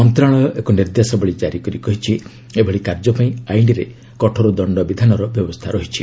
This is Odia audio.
ମନ୍ତ୍ରଣାଳୟ ଏକ ନିର୍ଦ୍ଦେଶାବଳୀ ଜାରିକରି କହିଛି ଏଭଳି କାର୍ଯ୍ୟ ପାଇଁ ଆଇନ୍ରେ କଠୋର ଦଶ୍ତବିଧାନର ବ୍ୟବସ୍ଥା ରହିଛି